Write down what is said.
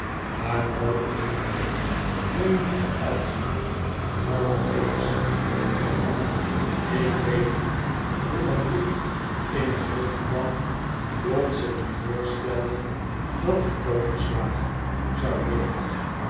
maar nooit eenige meening geuit behalve eens toen hij ik weet niet hoe hem dit in het hoofd kwam plotseling voorstelde dat ik koperslager zou worden